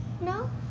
No